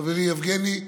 חברי יבגני,